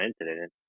incident